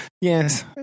yes